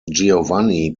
giovanni